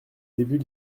début